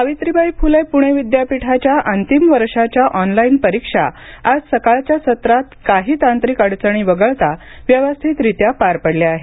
सावित्रीबाई फुले पुणे विद्यापीठाच्या अंतिम वर्षाच्या ऑनलाईन परीक्षा आज सकाळच्या सत्रात काही तांत्रिक अडचणी वगळता व्यवस्थितरित्या पार पडल्या आहेत